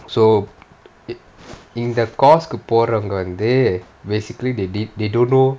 so இந்த:intha course கு போறவங்க வந்து:ku poravanga vanthu basically they did they don't know